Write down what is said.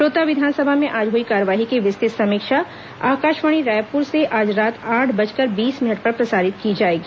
श्रोता विधानसभा में आज हुई कार्यवाही की विस्तृत समीक्षा आकाशवाणी रायपुर से आज रात आठ बजकर बीस मिनट पर प्रसारित की जाएगी